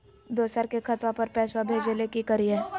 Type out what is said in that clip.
दोसर के खतवा पर पैसवा भेजे ले कि करिए?